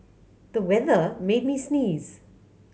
the weather made me sneeze